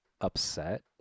upset